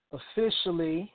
officially